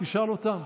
תשאל אותם.